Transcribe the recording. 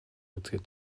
үзэхэд